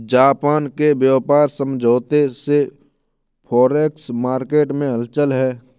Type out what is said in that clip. Japan के व्यापार समझौते से फॉरेक्स मार्केट में हलचल है